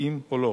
מתאים או לא.